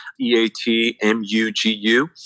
E-A-T-M-U-G-U